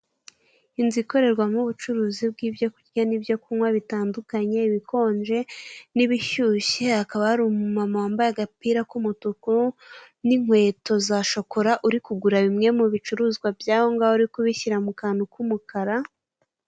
Inzu ikorerwamo ubucuruzi bw'ibyo kurya n'ibyo kunywa bitandukanye, ibikonje n'ibishyushye. Hakaba hari umumama wambaye agapira k'umutuku n'inkweto za shokora uri kugura bimwe mu bicuruzwa byahongaho uri kubishyira mu kantu k'umukara.